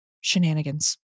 shenanigans